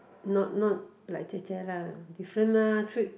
not not like 姐姐：jie jie lah different mah three